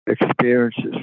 experiences